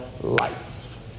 lights